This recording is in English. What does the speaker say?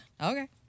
Okay